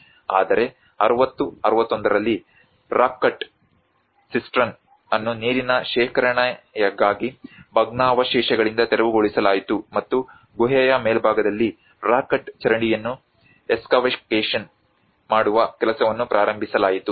ಆದರೆ 60 61ರಲ್ಲಿ rock cut cistern ಅನ್ನು ನೀರಿನ ಶೇಖರಣೆಗಾಗಿ ಭಗ್ನಾವಶೇಷಗಳಿಂದ ತೆರವುಗೊಳಿಸಲಾಯಿತು ಮತ್ತು ಗುಹೆಯ ಮೇಲ್ಭಾಗದಲ್ಲಿ ರಾಕ್ ಕಟ್ ಚರಂಡಿಯನ್ನು ಎಕ್ಸ್ಕವೇಷನ್ ಮಾಡುವ ಕೆಲಸವನ್ನು ಪ್ರಾರಂಭಿಸಲಾಯಿತು